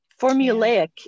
Formulaic